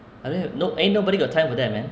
I don't have ain't nobody got time for that man